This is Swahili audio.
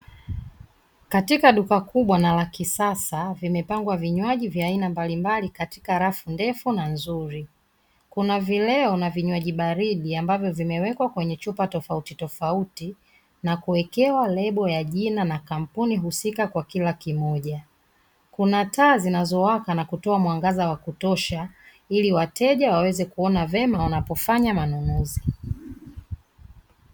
Katika duka kubwa na la kisasa, vimepangwa vinywaji vya aina mbalimbali katika rafu ndefu na nzuri. Kuna vileo na vinywaji baridi, ambavyo vimewekwa kwenye chupa tofauti tofauti na kuwekewa lebo ya jina na kampuni husika kwa kila kimoja. Kuna taa zinazowaka na kutoa mwangaza wa kutosha, ili wateja waweze kuona vyema wanapofanya manunuzi.